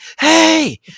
hey